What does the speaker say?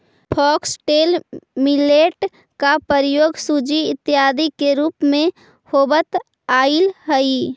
foxtail millet का प्रयोग सूजी इत्यादि के रूप में होवत आईल हई